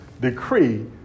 decree